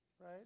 Right